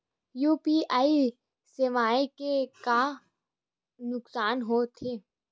UPI सेवाएं के का नुकसान हो थे?